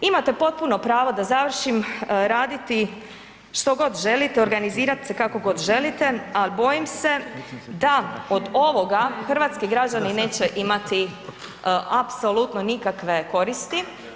Imate potpuno pravo, da završim, raditi što god želite, organizirat se kako god želite, a bojim se da od ovoga hrvatski građani neće imati apsolutno nikakve koristi.